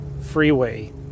Freeway